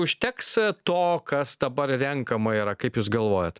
užteks to kas dabar renkama yra kaip jūs galvojat